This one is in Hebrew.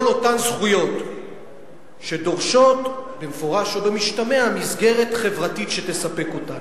אותן זכויות שדורשות במפורש או במשתמע מסגרת חברתית שתספק אותן.